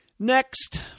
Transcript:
Next